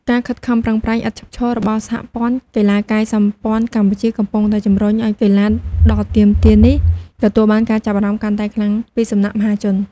ការខិតខំប្រឹងប្រែងឥតឈប់ឈររបស់ សហព័ន្ធកីឡាកាយសម្ព័ន្ធកម្ពុជា កំពុងតែជំរុញឱ្យកីឡាដ៏ទាមទារនេះទទួលបានការចាប់អារម្មណ៍កាន់តែខ្លាំងពីសំណាក់មហាជន។